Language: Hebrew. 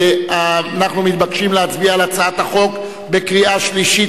אנחנו מתבקשים להצביע על הצעת החוק בקריאה שלישית,